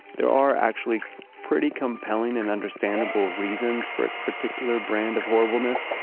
there are actually pretty compelling and understandable reasons for its particular brand of horribleness.